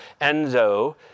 Enzo